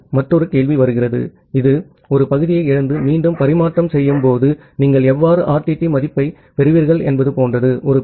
இப்போது மற்றொரு கேள்வி வருகிறது இது ஒரு பகுதியை இழந்து மீண்டும் பரிமாற்றம் செய்யும்போது நீங்கள் எவ்வாறு ஆர்டிடி மதிப்பீட்டைப் பெறுவீர்கள் என்பது போன்றது